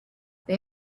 they